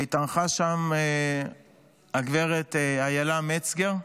והתארחה שם הגב' איילה מצגר.